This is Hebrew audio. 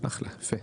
אחלה, יפה.